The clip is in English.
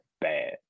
bad